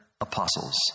apostles